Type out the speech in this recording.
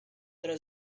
there